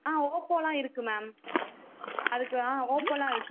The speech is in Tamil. ஆ ஓப்போலாம் இருக்குது மேம் அதுக்கு ஆ ஓப்போலாம் இருக்குது